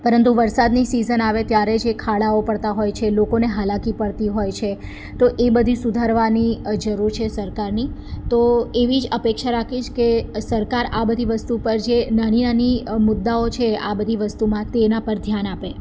પરંતુ વરસાદની સિઝન આવે ત્યારે જે ખાડાઓ પડતા હોય છે લોકોને હાલકી પડતી હોય છે તો એ બધી સુધારવાની જરૂર છે સરકારની તો એવી જ અપેક્ષા રાખીશ કે સરકાર આ બધી વસ્તુ પર જે નાની નાની મુદ્દાઓ છે આ બધી વસ્તુમાં તેના પર ધ્યાન આપે